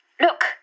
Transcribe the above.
Look